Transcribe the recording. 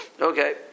Okay